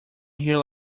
here